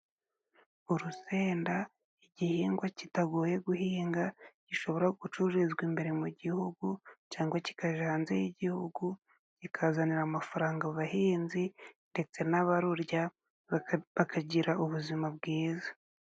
Urusenda igihingwa kitagoye guhinga，gishobora gucururizwa imbere mu gihugu，cyangwa kikaja hanze y'igihugu，kikazanira amafaranga abahinzi，ndetse n'abarurya bakagira ubuzima bwiza.